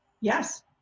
Yes